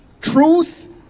truth